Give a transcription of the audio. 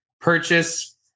Purchase